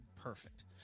Perfect